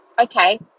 okay